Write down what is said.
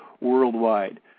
worldwide